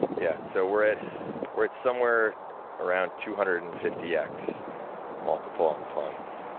yeah. so, we're at we're at somewhere around two hundred and fifty x multiple on the funds.